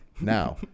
Now